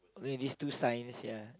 don't have this two signs ya